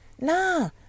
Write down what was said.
Nah